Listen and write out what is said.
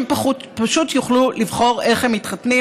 פשוט יוכלו לבחור איך הם מתחתנים?